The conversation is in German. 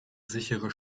sichere